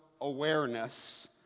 awareness